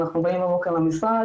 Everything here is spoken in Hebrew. אנחנו באים בבוקר למשרד,